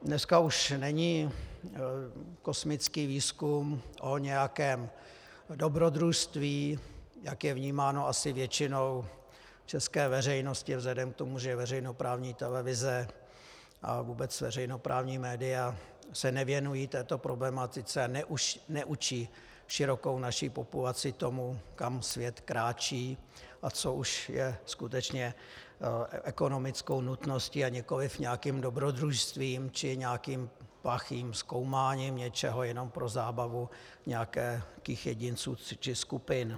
Dneska už není kosmický výzkum o nějakém dobrodružství, jak je vnímáno asi většinou české veřejnosti vzhledem k tomu, že veřejnoprávní televize a vůbec veřejnoprávní média se nevěnují této problematice, neučí širokou naši populaci tomu, kam svět kráčí a co už je skutečně ekonomickou nutností, a nikoliv nějakým dobrodružstvím či nějakým plachým zkoumáním něčeho jenom pro zábavu nějakých jedinců či skupin.